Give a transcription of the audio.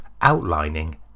outlining